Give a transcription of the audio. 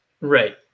Right